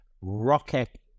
rocket